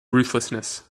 ruthlessness